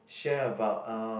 share about uh